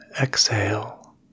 exhale